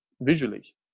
visually